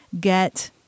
get